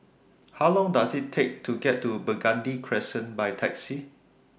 How Long Does IT Take to get to Burgundy Crescent By Taxi